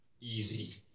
easy